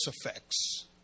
effects